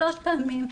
שלוש פעמים,